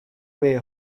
way